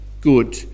good